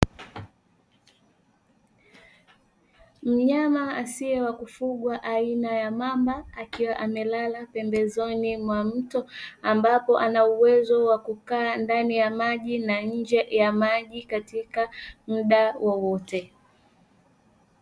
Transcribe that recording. Mnyama asiye wa kufugwa aina ya mamba akiwa amelala pembezoni mwa mto ambapo ana uwezo wa kukaa ndani ya maji na nje ya maji katika muda wowote